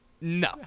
no